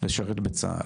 לשרת בצה"ל.